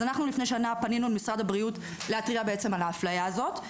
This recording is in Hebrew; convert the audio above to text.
אז אנחנו לפני שנה פנינו למשרד הבריאות להתריע על ההפליה הזאת.